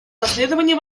расследование